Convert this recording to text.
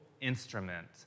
instrument